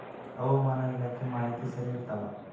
ಹವಾಮಾನ ಇಲಾಖೆ ಮಾಹಿತಿ ಸರಿ ಇರ್ತವ?